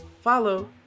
follow